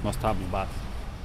nuostabūs batai